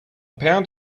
pound